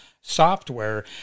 software